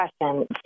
question